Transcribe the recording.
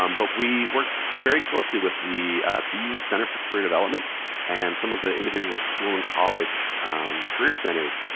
um but we work very closely with the bu center for career development and some of the individual school and college career centers.